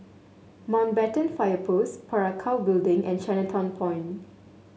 Mountbatten Fire Post Parakou Building and Chinatown Point